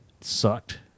sucked